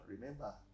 remember